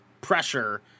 pressure